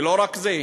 ולא רק זה.